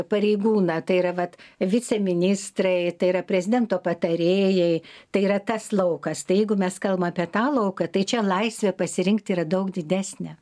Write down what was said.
pareigūną tai yra vat viceministrai tai yra prezidento patarėjai tai yra tas laukas tai jeigu mes kalbam apie tą lauką tai čia laisvė pasirinkt yra daug didesnė